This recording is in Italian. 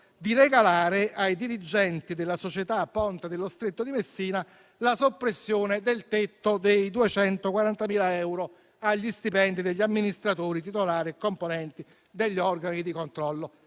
di regalare ai dirigenti della società Ponte dello Stretto di Messina la soppressione del tetto dei 240.000 euro agli stipendi degli amministratori, titolari e componenti degli organi di controllo.